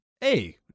Hey